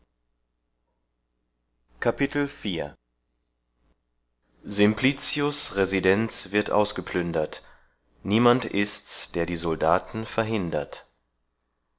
simplicius residenz wird ausgeplündert niemand ist der die soldaten verhindert